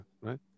right